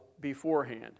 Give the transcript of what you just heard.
beforehand